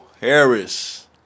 Harris